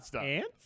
ants